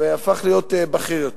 והפך להיות בכיר יותר.